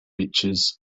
beaches